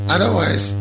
Otherwise